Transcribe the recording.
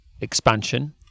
expansion